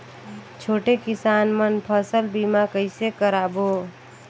छोटे किसान मन फसल बीमा कइसे कराबो?